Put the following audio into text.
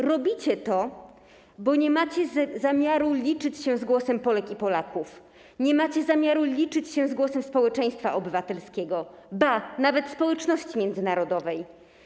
Robicie to, bo nie macie zamiaru liczyć się z głosem Polek i Polaków, nie macie zamiaru liczyć się z głosem społeczeństwa obywatelskiego, ba, nawet społeczności międzynarodowej.